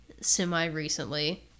semi-recently